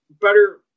better –